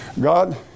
God